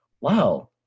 Wow